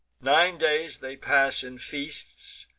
nine days they pass in feasts,